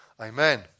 Amen